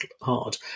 hard